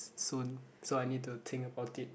soon so I need to think about it